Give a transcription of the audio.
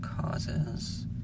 causes